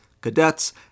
cadets